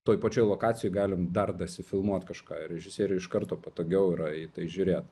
toj pačioj lokacijoj galim dar dasifilmuot kažką ir režisieriui iš karto patogiau yra į tai žiūrėt